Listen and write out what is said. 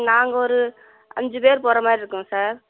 நாங்கள் ஒரு அஞ்சு பேர் போகிற மாதிரி இருக்கோம் சார்